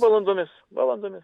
valandomis valandomis